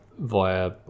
via